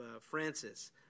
Francis